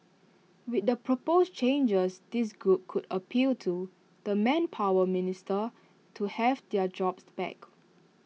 with the proposed changes this group could appeal to the manpower minister to have their jobs back